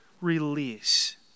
release